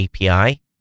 API